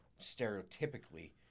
stereotypically